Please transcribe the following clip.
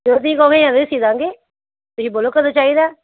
ਜਦੋਂ ਤੁਸੀਂ ਕਹੋ ਉਦੋਂ ਹੀ ਸੀ ਦੇਵਾਂਗੇ ਤੁਸੀਂ ਬੋਲੋ ਕਦੋਂ ਚਾਹੀਦਾ